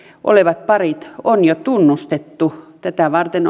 olevat parit on jo tunnustettu tätä varten